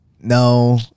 no